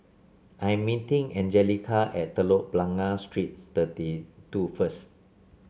I am meeting Anjelica at Telok Blangah Street Thirty two first